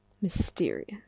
mysterious